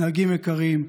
נהגים יקרים,